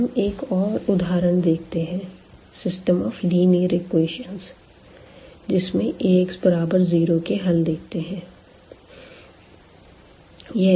अब हम एक और उदाहरण देखते हैं सिस्टम ऑफ लीनियर इक्वेशन जिसमे Ax0के हल देखते है